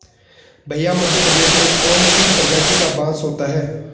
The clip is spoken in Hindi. भैया मध्य प्रदेश में कौन सी प्रजाति का बांस होता है?